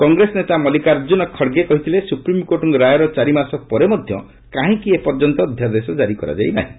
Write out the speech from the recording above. କଂଗ୍ରେସ ନେତା ମଲ୍ଲିକାର୍ଜ୍ଜୁନ ଖଡ଼ଗେ କହିଥିଲେ ସୁପ୍ରିମ୍କୋର୍ଟଙ୍କ ରାୟର ଚାରିମାସ ପରେ ମଧ୍ୟ କାହିଁକି ଏପର୍ଯ୍ୟନ୍ତ ଅଧ୍ୟାଦେଶ ଜାରି କରାଯାଇ ନାହିଁ